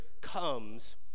comes